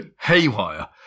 haywire